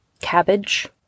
cabbage